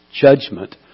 judgment